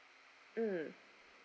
mm